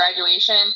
graduation